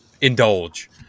indulge